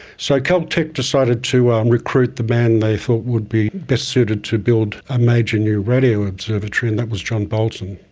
so caltech decided to um recruit the man they thought would be best suited to build a major new radio observatory and that was john bolton.